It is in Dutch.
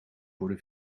worden